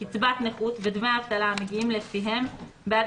קצבת נכות ודמי אבטלה המגיעים לפיהם בעד